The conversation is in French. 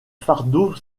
fardeau